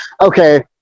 okay